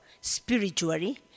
spiritually